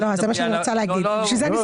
אנחנו רוצים שהמפעל לא ייסגר.